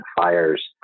fires